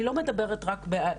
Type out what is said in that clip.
אני לא מדבר רק בעזה,